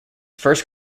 first